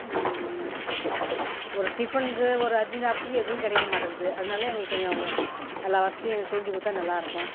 ஒரு டிஃபனுக்கு ஒரு அர்ஜண்ட் ஆபத்துக்கு எதுவும் கிடைக்க மாட்டேக்குது அதனால எங்களுக்கு கொஞ்சம் எல்லா வசதியும் செஞ்சு கொடுத்தா நல்லா இருக்கும்